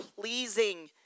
pleasing